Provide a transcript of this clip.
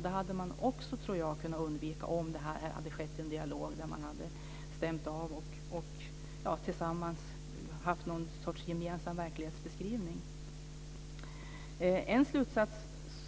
Det tror jag att man hade kunnat undvika om det hela hade skett i en dialog där man hade stämt av och tillsammans gjort någon sorts gemensam verklighetsbeskrivning. En slutsats